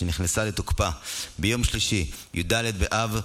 שנכנסה לתוקפה ביום שלישי י"ד באב,